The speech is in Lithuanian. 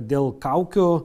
dėl kaukių